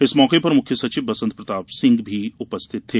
इस मौके पर मुख्य सचिव बसंत प्रताप सिंह भी उपस्थित थे